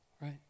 Right